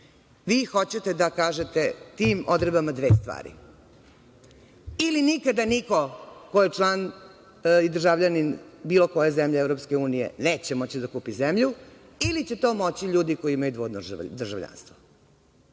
Vi hoćete da kažete tim odredbama dve stvari: ili nikada niko ko je član i državljanin bilo koje zemlje EU neće moći da kupi zemlju, ili će to moći ljudi koji imaju dvojno državljanstvo.